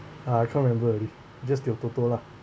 uh I can't remember already just your TOTO lah